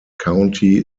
county